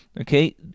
okay